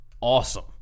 awesome